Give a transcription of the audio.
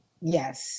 Yes